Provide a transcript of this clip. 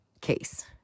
case